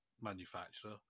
manufacturer